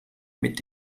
mit